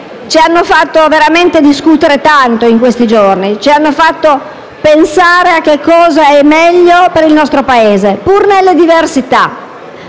ci hanno fatto ampiamente discutere in questi giorni e ci hanno fatto pensare a cosa è meglio per il nostro Paese, pur nelle diversità